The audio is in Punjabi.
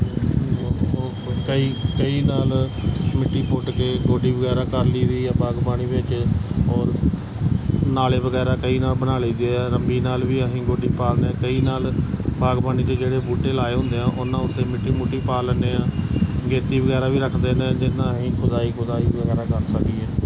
ਓ ਓ ਓ ਕਹੀ ਕਹੀ ਨਾਲ ਮਿੱਟੀ ਪੁੱਟ ਕੇ ਗੋਡੀ ਵਗੈਰਾ ਕਰ ਲਈ ਦੀ ਆ ਬਾਗਬਾਨੀ ਵਿੱਚ ਔਰ ਨਾਲੇ ਵਗੈਰਾ ਕਹੀ ਨਾ ਬਣਾ ਲਈ ਦੇ ਆ ਰੰਬੀ ਨਾਲ ਵੀ ਅਸੀਂ ਗੋਡੀ ਪਾਲਦੇ ਆ ਕਹੀ ਨਾਲ ਬਾਗਬਾਨੀ 'ਚ ਜਿਹੜੇ ਬੂਟੇ ਲਗਾਏ ਹੁੰਦੇ ਆ ਉਹਨਾਂ ਉੱਤੇ ਮਿੱਟੀ ਮੁੱਟੀ ਪਾ ਲੈਂਦੇ ਹਾਂ ਗੇਤੀ ਵਗੈਰਾ ਵੀ ਰੱਖਦੇ ਨੇ ਜਿਹਦੇ ਨਾਲ ਅਸੀਂ ਖੁਦਾਈ ਖੁਦਾਈ ਵਗੈਰਾ ਕਰ ਸਕੀਏ